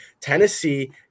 tennessee